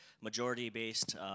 majority-based